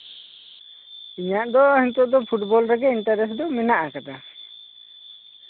ᱤᱧᱟᱜ ᱫᱚ ᱱᱤᱛᱚᱜ ᱫᱚ ᱯᱷᱩᱴᱵᱚᱞ ᱨᱮᱜᱮ ᱤᱱᱴᱟᱨᱮᱥᱴ ᱫᱚ ᱢᱮᱱᱟᱜ ᱟᱠᱟᱫᱟ